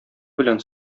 белән